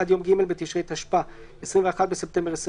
עד יום ג' בתשרי התשפ"א (21 בספטמבר 2020),